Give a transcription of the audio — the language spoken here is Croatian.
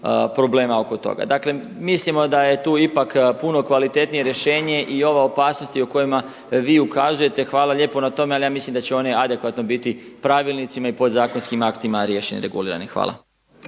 problema oko toga. Dakle, mislimo da je tu ipak puno kvalitetnije rješenje i ova opasnost o kojima vi ukazujete, hvala lijepo na tome, ali ja mislim da će one adekvatno biti u pravilnicima i u podzakonskim aktima riješeni, regulirani. Hvala.